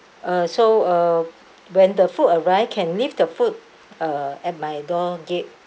uh so uh when the food arrive can leave the food uh at my door gate